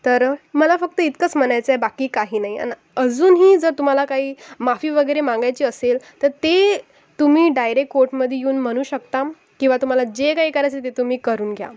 तर मला फक्त इतकंच म्हणायचं आहे बाकी काही नाही आणि अजूनही जर तुम्हाला काही माफी वगैरे मागायची असेल तर ते तुम्ही डायरेक्ट कोर्टमधी येऊन म्हणू शकता किंवा तुम्हाला जे काय करायचं असेल ते तुम्ही करून घ्या